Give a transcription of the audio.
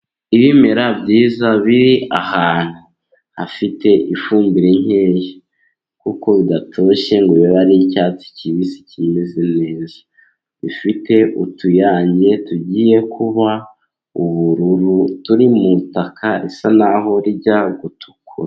Ibimera byiza biri ahantu, hafite ifumbire nkeya kuko bidatoshye ngo bibe ari icyatsi kibisi kimeze neza, bifite utuyange tugiye kuba ubururu ,turi mu butaka risa n'aho rijya gutukura.